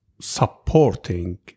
supporting